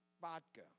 vodka